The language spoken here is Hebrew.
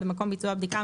במקום ביצוע הבדיקה,